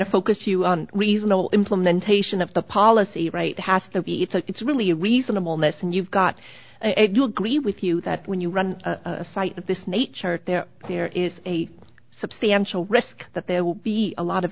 to focus you on reasonable implementation of the policy right has to be it's a it's really a reasonable mess and you've got it you agree with you that when you run a site of this nature there there is a substantial risk that there will be a lot of